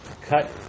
cut